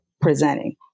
presenting